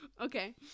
Okay